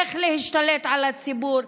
איך להשתלט על הציבור,